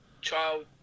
child